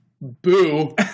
Boo